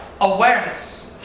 awareness